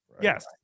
Yes